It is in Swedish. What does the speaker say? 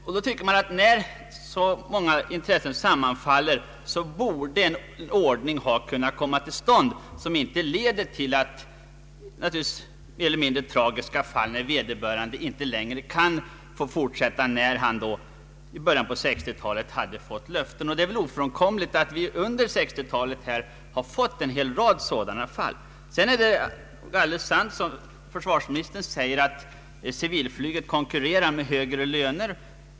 När så många intressen sammanfaller borde en ordning ha kunnat komma till stånd som inte leder fill mer eller mindre tragiska fall, då vederbörande inte längre kan få fortsätta trots att han i början av 1960-talet tyckte sig ha fått löften. Det är väl uppenbart att det under 1960-talet har inträffat en hel rad sådana fall. Det är alldeles sant, som försvarsministern säger, att civilflyget konkurrerar med högre löner.